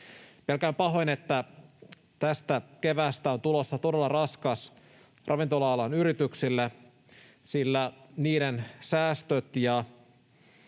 Pelkään pahoin, että tästä keväästä on tulossa todella raskas ravintola-alan yrityksille, sillä niiden säästöt ja